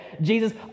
Jesus